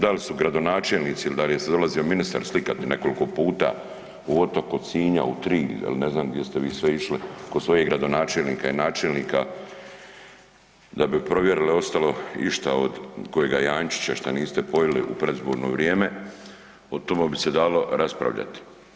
Da li su gradonačelnici il dal je dolazio ministar slikati nekoliko puta u Otoku kod Sinja, u Trilj il ne znam gdje ste vi sve išli kod svojih gradonačelnika i načelnika da bi provjerili ostalo išta od kojega janjčića šta niste pojili u predizborno vrijeme o tome bi se dalo raspravljati.